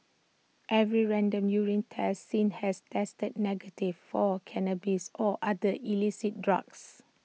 every random urine test since has tested negative for cannabis or other illicit drugs